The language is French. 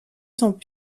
sont